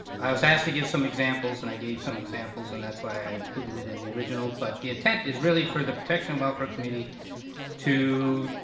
i was asked to give some examples and i gave some examples and that's why i included it in the original, but the intent is really for the protection and welfare committee to,